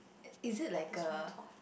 is it like a